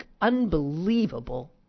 unbelievable